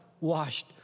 washed